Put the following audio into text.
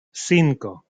cinco